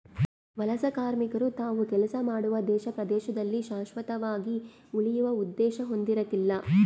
ವಲಸೆಕಾರ್ಮಿಕರು ತಾವು ಕೆಲಸ ಮಾಡುವ ದೇಶ ಪ್ರದೇಶದಲ್ಲಿ ಶಾಶ್ವತವಾಗಿ ಉಳಿಯುವ ಉದ್ದೇಶ ಹೊಂದಿರಕಲ್ಲ